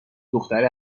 خبرهدختره